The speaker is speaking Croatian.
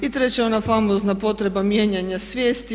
I treća je ona famozna potreba mijenjanja svijesti.